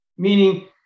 Meaning